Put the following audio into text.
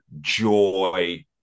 joy